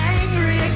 angry